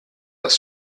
das